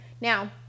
Now